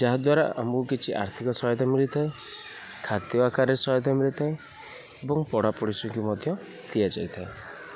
ଯାହାଦ୍ୱାରା ଆମକୁ କିଛି ଆର୍ଥିକ ସହାୟତା ମିଳିଥାଏ ଖାଦ୍ୟ ଆକାରରେ ସହାୟତା ମିଳିଥାଏ ଏବଂ ପଢ଼ାପଡ଼ୋଶୀଙ୍କୁ ମଧ୍ୟ ଦିଆଯାଇଥାଏ